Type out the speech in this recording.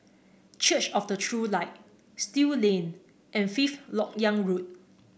Church of the True Light Still Lane and Fifth LoK Yang Road